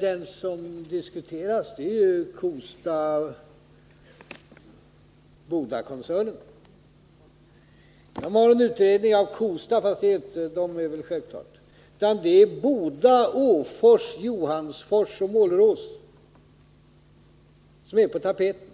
Det som diskuteras är ju Kosta Bodakoncernen. Det har gjorts en utredning om Kosta, men att det bruket skall finnas kvar är väl självklart. Det är Boda, Åfors, Johansfors och Målerås som är på tapeten.